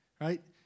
right